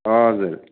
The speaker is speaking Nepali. हजुर